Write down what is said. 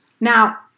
Now